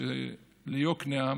ליקנעם,